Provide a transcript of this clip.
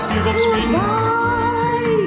Goodbye